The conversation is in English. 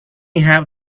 have